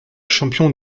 champion